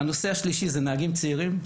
הנושא השלישי זה נהגים צעירים.